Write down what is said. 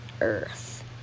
earth